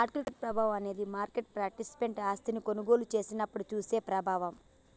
market ప్రభావం అనేది market participant ఆస్తిని కొనుగోలు చేసినప్పుడు చూపే ప్రభావం